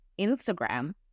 Instagram